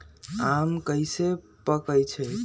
आम कईसे पकईछी?